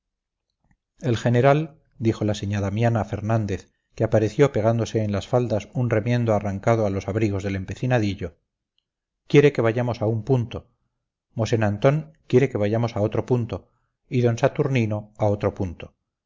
el general dijo la señádamiana fernández que apareció pegándose en las faldas un remiendo arrancado a los abrigos del empecinadillo quiere que vayamos a un punto mosén antón quiere que vayamos a otro punto y d saturnino a otro punto